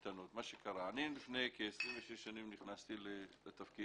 קטנות, מה שקרה, אני לפני כ-26 שנים נכנסתי לתפקיד